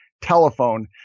telephone